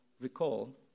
recall